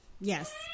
Yes